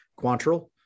Quantrill